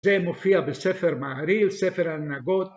‫זה מופיע בספר מעריל, ספר הנגוד.